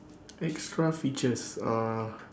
extra features uh